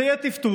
זה יהיה טפטוף,